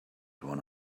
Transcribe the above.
one